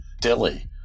Dilly